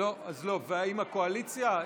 האם הקואליציה,